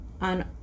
on